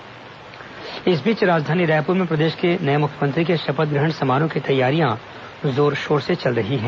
शपथ ग्रहण तैयारी राजधानी रायपुर में प्रदेश के नये मुख्यमंत्री के शपथ ग्रहण समारोह की तैयारियां जोरशोर से चल रही हैं